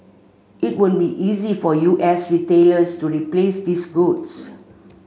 it won't be easy for U S retailers to replace these goods